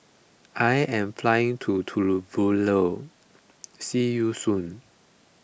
I am flying to Tuvalu now see you soon